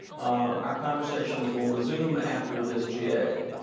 our conversations will resume after this ga.